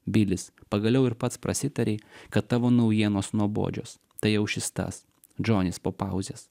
bilis pagaliau ir pats prasitarei kad tavo naujienos nuobodžios tai jau šis tas džonis po pauzės